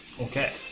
Okay